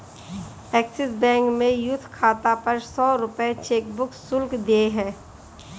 axis Bank में youth खाता पर सौ रूपये चेकबुक शुल्क देय है